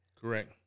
Correct